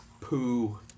poo